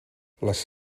les